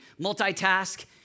multitask